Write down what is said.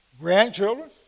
grandchildren